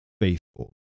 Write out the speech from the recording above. faithful